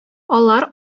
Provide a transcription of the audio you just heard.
алар